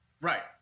right